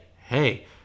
hey